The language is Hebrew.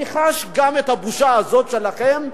אני חש גם את הבושה הזאת שלכם,